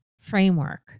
framework